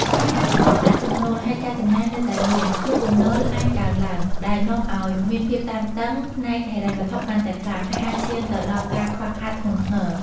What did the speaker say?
កាលណាគ្មានប្រាក់ចំណូល ហើយការចំណាយនៅតែមាន នោះបំណុលអាចកើនឡើង ដែលនាំឱ្យមានភាពតានតឹងផ្នែកហិរញ្ញវត្ថុកាន់តែខ្លាំង ហើយអាចឈានទៅដល់ការខ្វះខាតធ្ងន់ធ្ងរ។